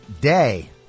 day